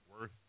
worth